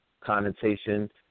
connotation